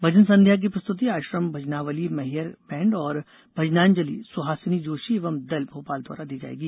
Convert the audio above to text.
भजन संध्या की प्रस्तुति आश्रम भजनावली मैहर बैण्ड और भजनांजलि सुहासिनी जोशी एवं दल भोपाल द्वारा दी जाएगी